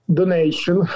donation